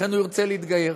לכן הוא ירצה להתגייר,